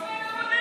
חבר הכנסת טייב.